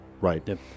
right